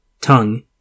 tongue